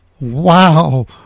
wow